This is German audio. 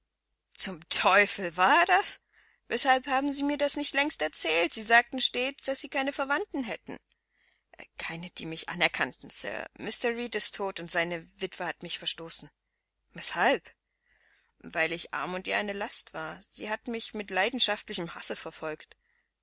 zum teufel war er das weshalb haben sie mir das nicht längst erzählt sie sagten stets daß sie keine verwandten hätten keine die mich anerkannten sir mr reed ist tot und seine witwe hat mich verstoßen weshalb weil ich arm und ihr eine last war sie hat mich mit leidenschaftlichem hasse verfolgt